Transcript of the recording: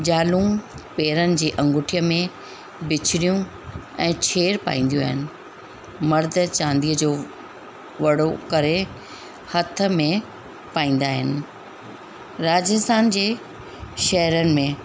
ज़ालूं पेरनि जी अंगूठीअ में बिछडियूं ऐं छेर पाईंदियूं आहिनि मर्द चांदीअ जो वड़ो करे हथ में पाईंदा आहिनि राजस्थान जे शहरन में